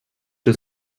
czy